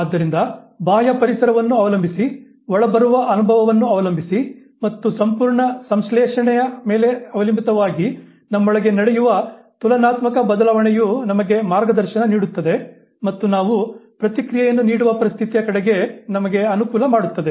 ಆದ್ದರಿಂದ ಬಾಹ್ಯ ಪರಿಸರವನ್ನು ಅವಲಂಬಿಸಿ ಒಳಬರುವ ಅನುಭವವನ್ನು ಅವಲಂಬಿಸಿ ಮತ್ತು ಸಂಪೂರ್ಣ ಸಂಶ್ಲೇಷಣೆಯ ಮೇಲೆ ಅವಲಂಬಿತವಾಗಿ ನಮ್ಮೊಳಗೆ ನಡೆಯುವ ತುಲನಾತ್ಮಕ ಬದಲಾವಣೆಯು ನಮಗೆ ಮಾರ್ಗದರ್ಶನ ನೀಡುತ್ತದೆ ಮತ್ತು ನಾವು ಪ್ರತಿಕ್ರಿಯೆಯನ್ನು ನೀಡುವ ಪರಿಸ್ಥಿತಿಯ ಕಡೆಗೆ ನಮಗೆ ಅನುಕೂಲ ಮಾಡುತ್ತದೆ